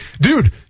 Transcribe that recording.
dude